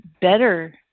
better